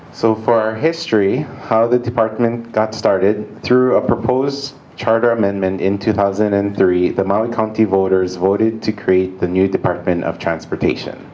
so for history the department got started through a proposed charter amendment in two thousand and three that my county voters voted to create the new department of transportation